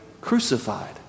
crucified